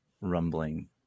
rumbling